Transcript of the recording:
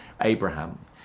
Abraham